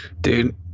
Dude